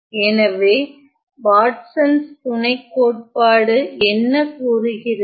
எனவே வாட்சன்ஸ் துணைக்கோட்பாடு என்ன கூறுகிறது